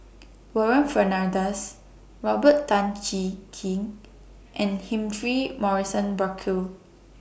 Warren Fernandez Robert Tan Jee Keng and Humphrey Morrison Burkill